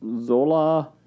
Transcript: Zola